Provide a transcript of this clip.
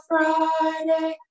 Friday